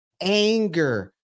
anger